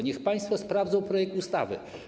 Niech państwo sprawdzą projekt ustawy.